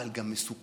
אבל גם למסוכן,